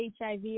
HIV